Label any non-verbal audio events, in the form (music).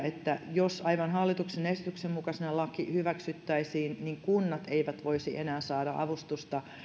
(unintelligible) että jos aivan hallituksen esityksen mukaisena laki hyväksyttäisiin niin kunnat eivät voisi enää saada avustusta